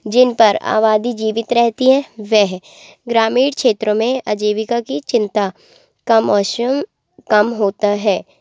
जिन पर आबादी जीवित रहती है वह ग्रामीण क्षेत्रों में अजीविका की चिंता कम होता है